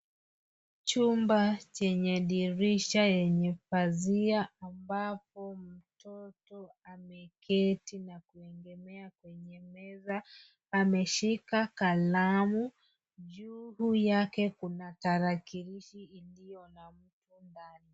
Chumba chenye dirisha yenye pazia ambapo mtoto ameketi na kuegemea kwenye meza ameshika kalamu. Juu yake kuna tarakilishi iliyo na mtu ndani.